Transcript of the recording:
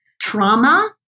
trauma